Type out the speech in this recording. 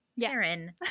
Karen